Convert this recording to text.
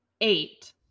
Eight